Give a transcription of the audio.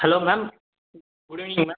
hello ma'am good evening ma'am